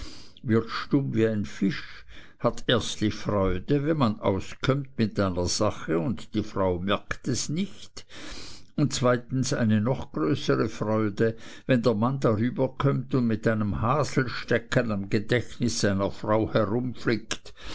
wird stumm wie ein fisch hat erstlich freude wenn man auskömmt mit einer sache und die frau merkt es nicht und zweitens noch eine größere freude wenn der mann darüberkömmt und mit einem haselstecken am gedächtnis seiner frau